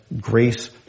grace